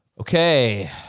Okay